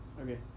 Okay